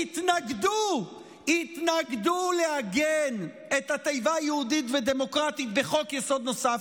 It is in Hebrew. התנגדו לעגן את התיבות "יהודית ודמוקרטית" בחוק-יסוד נוסף.